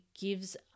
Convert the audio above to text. gives